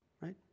right